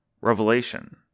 Revelation